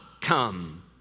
come